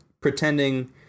pretending